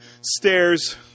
Stairs